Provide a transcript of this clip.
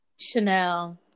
Chanel